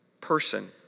person